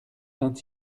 vingt